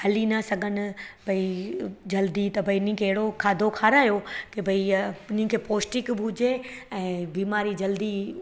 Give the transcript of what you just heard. हली न सघनि बई जल्दी त बई नी अहिड़ो खाधो खारायो की बई इअ हिननि खे पौष्टीक बि हुजे ऐं बीमारी जल्दी